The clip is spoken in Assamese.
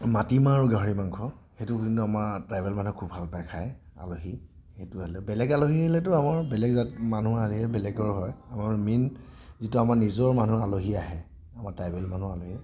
মাটি মাহ আৰু গাহৰি মাংস সেইটো কিন্তু আমাৰ ট্ৰাইবেল মানুহে খুব ভাল পায় খাই আলহী সেইটো আহিলে বেলেগ আলহী আহিলেতো আমাৰ বেলেগ জাত মানুহ আহিলে বেলেগৰ হয় আমাৰ মেইন যিটো আমাৰ নিজৰ মানুহৰ আলহী আহে আমাৰ ট্ৰাইবেল মানুহ আমি